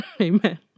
Amen